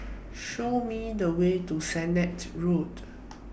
Show Me The Way to Sennett Road